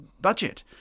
budget